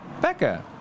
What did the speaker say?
Becca